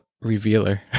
revealer